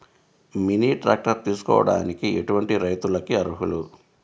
Mini tractor తీసుకోవడానికి ఎటువంటి రైతులకి అర్హులు?